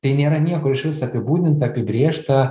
tai nėra niekur išvis apibūdinta apibrėžta